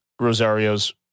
Rosario's